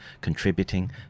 contributing